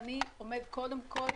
הצרכני עומד קודם כול